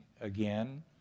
again